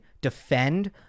defend